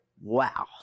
wow